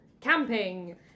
Camping